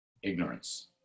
Ignorance